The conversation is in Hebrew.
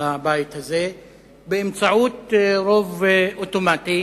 בבית הזה באמצעות רוב אוטומטי